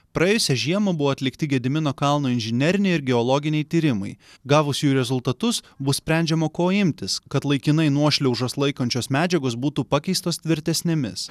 praėjusią žiemą buvo atlikti gedimino kalno inžineriniai ir geologiniai tyrimai gavus jų rezultatus bus sprendžiama ko imtis kad laikinai nuošliaužos laikančios medžiagos būtų pakeistos tvirtesnėmis